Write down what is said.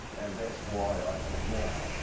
and that's why i think now,